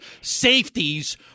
safeties